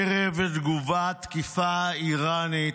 ערב תגובה ותקיפה איראנית,